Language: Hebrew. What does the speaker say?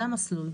זה המסלול.